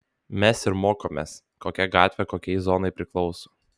mes ir mokomės kokia gatvė kokiai zonai priklauso